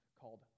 called